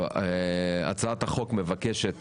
הצעת החוק מבקשת